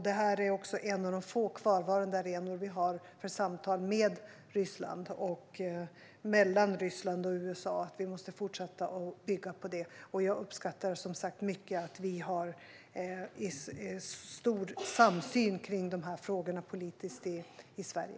Detta är också en av de få kvarvarande arenor vi har för samtal med Ryssland och mellan Ryssland och USA. Vi måste fortsätta bygga på det. Jag uppskattar som sagt att vi politiskt har stor samsyn om dessa frågor i Sverige.